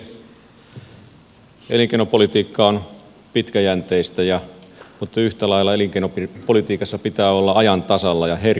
elinkeinopolitiikka on pitkäjänteistä mutta yhtä lailla elinkeinopolitiikassa pitää olla ajan tasalla ja herkkyyttä